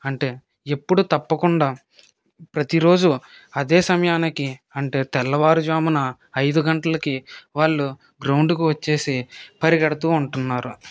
అంటే ఎప్పుడూ తప్పకుండా ప్రతిరోజు అదే సమయానికి అంటే తెల్లవారు జామున ఐదు గంట్లకి వాళ్ళు గ్రౌండుకి వచ్చేసి పరిగెడుతూ ఉంటున్నారు